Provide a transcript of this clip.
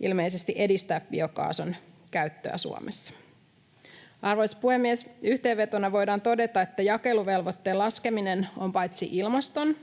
ilmeisesti edelleen edistää biokaasun käyttöä Suomessa. Arvoisa puhemies! Yhteenvetona voidaan todeta, että jakeluvelvoitteen laskeminen on paitsi ilmaston